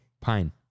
Pine